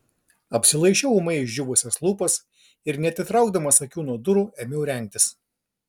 apsilaižiau ūmai išdžiūvusias lūpas ir neatitraukdamas akių nuo durų ėmiau rengtis